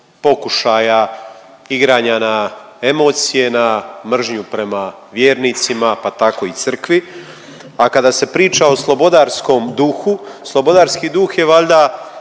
pokušaja igranja na emocije, na mržnju prema vjernicima, pa tako i Crkvi, a kada se priča o slobodarskom duhu, slobodarski duh je valjda